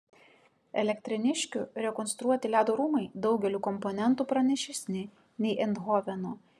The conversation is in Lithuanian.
elektrėniškių rekonstruoti ledo rūmai daugeliu komponentų pranašesni nei eindhoveno